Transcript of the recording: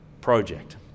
project